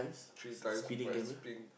three times by spring